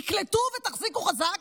תקלטו ותחזיקו חזק,